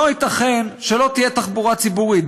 לא ייתכן שלא תהיה תחבורה ציבורית.